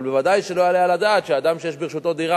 אבל ודאי שלא יעלה על הדעת שאדם שיש ברשותו דירה,